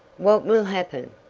what will happen?